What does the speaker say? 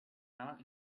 not